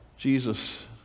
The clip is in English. Jesus